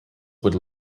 would